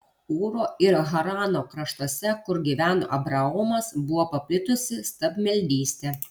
ūro ir harano kraštuose kur gyveno abraomas buvo paplitusi stabmeldystė